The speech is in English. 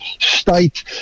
state